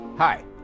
Hi